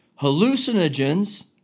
Hallucinogens